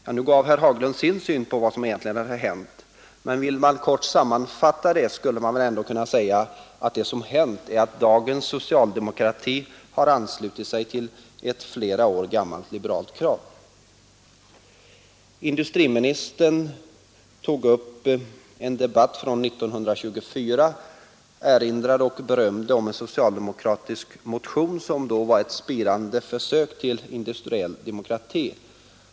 Han gav visserligen sin syn på vad som hänt, men vill man kort sammanfatta det, skulle man kunna säga att det som egentligen har hänt är att dagens socialdemokrati anslutit sig till ett flera år gammalt liberalt krav. Industriministern tog upp en debatt från 1924 och erinrade om och berömde en socialdemokratisk motion som då var ett spirande f k till industriell demokrati.